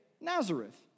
Nazareth